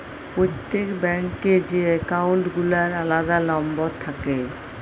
প্রত্যেক ব্যাঙ্ক এ যে একাউল্ট গুলার আলাদা লম্বর থাক্যে